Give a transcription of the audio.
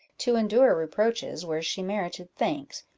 to endure reproaches where she merited thanks,